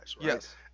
Yes